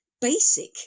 basic